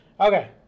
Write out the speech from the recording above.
Okay